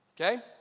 okay